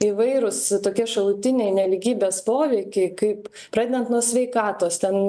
įvairūs tokie šalutiniai nelygybės poveikiai kaip pradedant nuo sveikatos ten